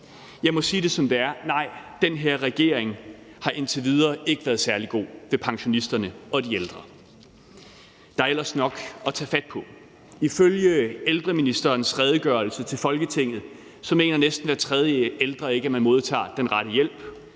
Jeg må sige det, som det er: Nej, den her regering har indtil videre ikke været særlig god ved pensionisterne og de ældre. Der er ellers nok at tage fat på. Ifølge ældreministerens redegørelse til Folketinget mener næsten hver tredje ældre ikke, at de modtager den rette hjælp.